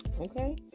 okay